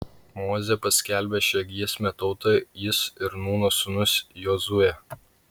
mozė paskelbė šią giesmę tautai jis ir nūno sūnus jozuė